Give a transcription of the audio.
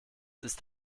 ist